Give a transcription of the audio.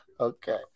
Okay